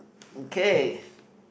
okay